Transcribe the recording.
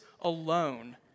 alone